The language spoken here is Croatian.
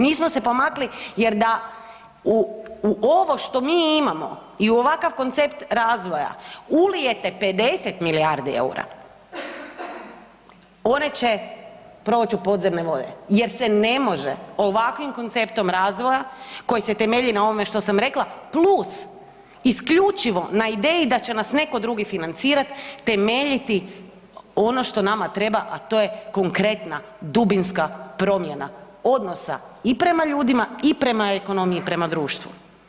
Nismo se pomakli jer da u ovo što mi imamo i u ovakav koncept razvoja ulijete 50 milijardi EUR-a one će proći u podzemne vode jer se ne može ovakvim konceptom razvoja koji se temelji na ovome što sam rekla plus isključivo na ideji da će nas netko drugi financirati temeljiti ono što nama treba, a to je konkretna, dubinska promjena odnosa i prema ljudima i prema ekonomiji i prema društvu.